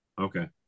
Okay